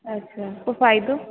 अच्छा पोइ फ़ाइदो